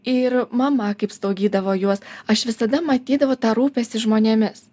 ir mama kaip slaugydavo juos aš visada matydavau tą rūpestį žmonėmis